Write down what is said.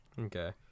Okay